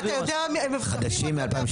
רגע, אתה יודע מבוטחים או אתה יודע פוליסות?